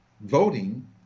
voting